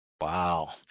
Wow